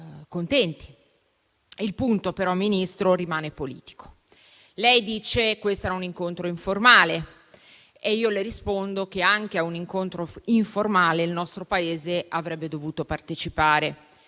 Il punto però, Ministro, rimane politico. Lei dice che quello era un incontro informale e io le rispondo che anche a un incontro informale il nostro Paese avrebbe dovuto partecipare